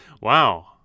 Wow